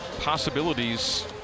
possibilities